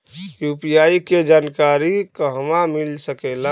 UPI के जानकारी कहवा मिल सकेले?